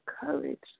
courage